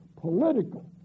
political